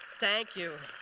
thank you.